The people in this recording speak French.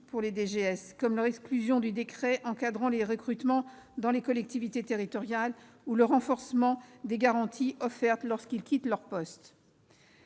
les DGS, comme leur exclusion du décret encadrant les recrutements dans les collectivités territoriales ou le renforcement des garanties offertes lorsqu'ils quittent leur poste.